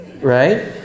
right